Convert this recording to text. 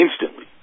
instantly